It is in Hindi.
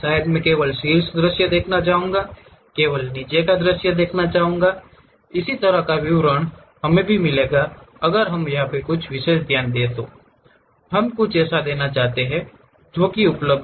शायद मैं केवल शीर्ष दृश्य देखना चाहूंगा मैं केवल नीचे का दृश्य देखना चाहूंगा इस तरह का विवरण हमें भी मिलेगा यह या हम कुछ विशेष ध्यान देना चाहते हैं हम कुछ ऐसा देना चाहते हैं जो कि उपलब्ध हो